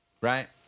right